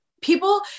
People